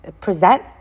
present